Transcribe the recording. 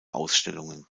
ausstellungen